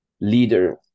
leader